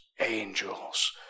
angels